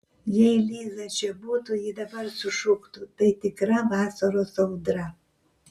jei liza čia būtų ji dabar sušuktų tai tikra vasaros audra